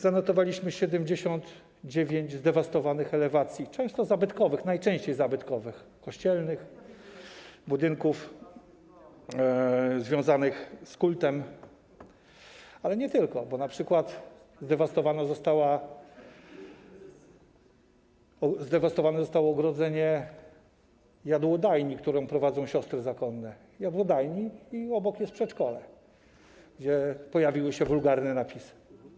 Zanotowaliśmy 79 zdewastowanych elewacji, często zabytkowych, najczęściej zabytkowych kościelnych budynków, związanych z kultem, ale nie tylko, bo np. zdewastowane zostało ogrodzenie jadłodajni, którą prowadzą siostry zakonne, i obok jest przedszkole, gdzie pojawiły się wulgarne napisy.